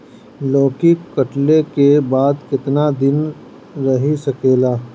लौकी कटले के बाद केतना दिन रही सकेला?